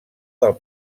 del